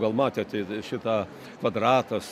gal matėt šitą kvadratas